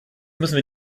müssen